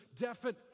definite